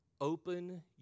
Open